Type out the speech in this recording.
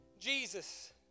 Jesus